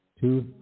two